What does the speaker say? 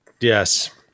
yes